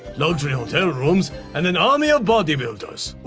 luxury hotel rooms, and an army of bodybuilders.